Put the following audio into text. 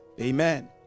Amen